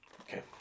okay